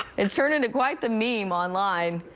it's turned into quite the meme online.